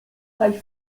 kaj